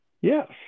Yes